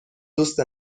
دوست